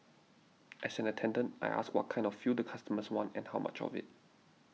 as an attendant I ask what kind of fuel the customers want and how much of it